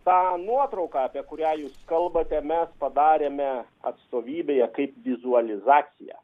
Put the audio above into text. tą nuotrauką apie kurią jūs kalbate mes padarėme atstovybėje kaip vizualizaciją